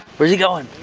where's he going?